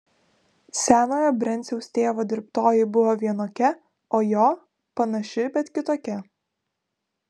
senojo brenciaus tėvo dirbtoji buvo vienokia o jo panaši bet kitokia